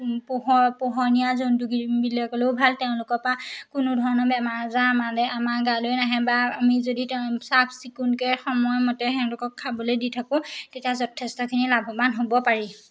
পোহ পোহনীয়া জন্তুবিবিলাকলৈও ভাল তেওঁলোকৰ পৰা কোনো ধৰণৰ বেমাৰ আজাৰ আমালৈ আমাৰ গালৈ নাহে বা আমি যদি তেওঁ চাফ চিকুণকৈ সময়মতে তেওঁলোকক খাবলৈ দি থাকোঁ তেতিয়া যথেষ্টখিনি লাভৱান হ'ব পাৰি